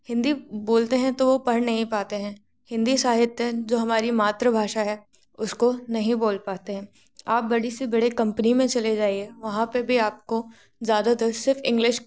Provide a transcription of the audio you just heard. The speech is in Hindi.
हिन्दी बोलते हैं तो वह पढ़ नहीं पाते है हिन्दी साहित्य जो हमारी मातृभाषा है उसको नहीं बोल पाते हैं आप बड़ी से बड़े कम्पनी में चले जाइए वहाँ पर भी आपको ज़्यादातर सिर्फ इंग्लिश